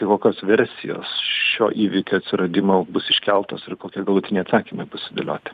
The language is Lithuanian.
kokios versijos šio įvykio atsiradimo bus iškeltos ir kokie galutiniai atsakymai bus sudėlioti